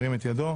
ירים את ידו.